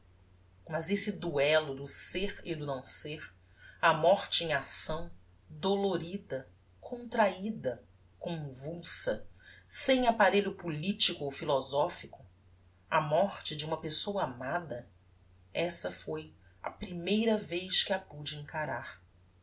esse duello do ser e do não ser a morte em acção dolorida contrahida convulsa sem apparelho politico ou philosophico a morte de uma pessoa amada essa foi a primeira vez que a pude encarar